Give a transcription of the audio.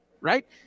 right